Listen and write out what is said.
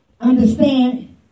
understand